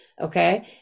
Okay